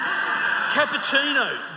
Cappuccino